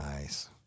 Nice